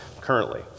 currently